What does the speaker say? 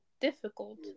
difficult